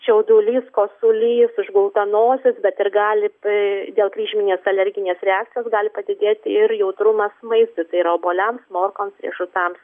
čiaudulys kosulys užgulta nosis bet ir gali dėl kryžminės alerginės reakcijos gali padidėti ir jautrumas maistui tai yra obuoliams morkoms riešutams